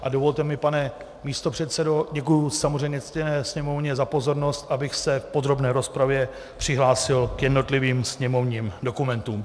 A dovolte mi, pane místopředsedo, děkuji samozřejmě ctěné sněmovně za pozornost, abych se v podrobné rozpravě přihlásil k jednotlivým sněmovním dokumentům.